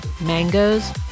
Mangoes